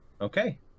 Okay